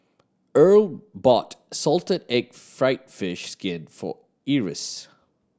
Earl bought salted egg fried fish skin for Eris